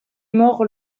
mort